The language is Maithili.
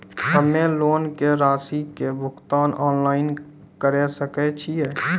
हम्मे लोन के रासि के भुगतान ऑनलाइन करे सकय छियै?